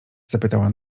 zapytała